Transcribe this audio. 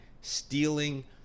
stealing